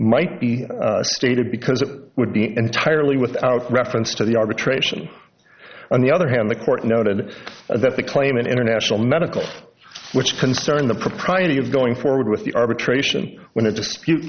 might be stated because it would be entirely without reference to the arbitration on the other hand the court noted that the claimant international medical which concerned the propriety of going forward with the arbitration when a dispute